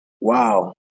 Wow